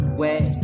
wet